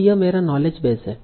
तो यह मेरा नॉलेज बेस है